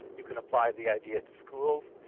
you can apply the idea to schools.